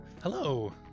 Hello